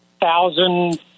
thousand